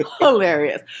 hilarious